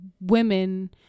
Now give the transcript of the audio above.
women